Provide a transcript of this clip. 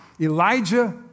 Elijah